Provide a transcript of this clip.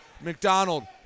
McDonald